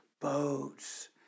boats